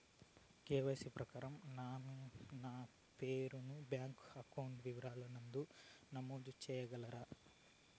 KYC ప్రకారం nominee పేరు ను బ్యాంకు అకౌంట్ వివరాల నందు నమోదు సేయగలరా?